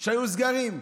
כשהיו סגרים,